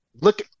Look